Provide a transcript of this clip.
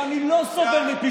אני יודע שזה יאכזב אותך שאני לא,